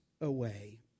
away